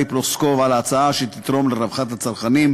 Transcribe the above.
פלוסקוב על ההצעה שתתרום לרווחת הצרכנים.